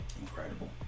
Incredible